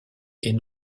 est